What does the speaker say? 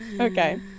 Okay